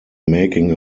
making